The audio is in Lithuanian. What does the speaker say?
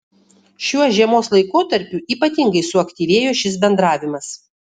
šiuo žiemos laikotarpiu ypatingai suaktyvėjo šis bendravimas